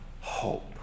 hope